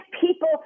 people